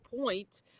point